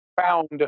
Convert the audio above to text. found